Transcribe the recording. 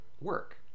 work